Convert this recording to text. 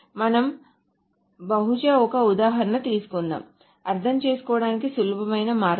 కాబట్టి మనం బహుశా ఒక ఉదాహరణ తీసుకుందాం అర్థం చేసుకోవడానికి సులభమైన మార్గం